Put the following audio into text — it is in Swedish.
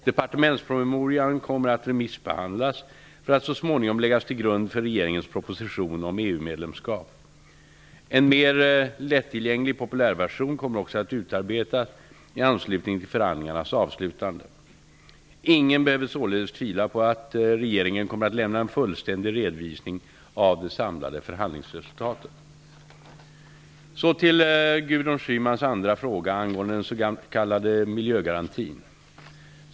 Departementspromemorian kommer att remissbehandlas för att så småningom läggas till grund för regeringens proposition om EU medlemskap. En mer lättillgänglig populärversion kommer också att utarbetas i anslutning till förhandlingarnas avslutande. Ingen behöver således tvivla på att regeringen kommer att lämna en fullständig redovisning av det samlade förhandlingsresultatet. Så till Gudrun Schymans andra fråga angående den s.k. miljögarantin.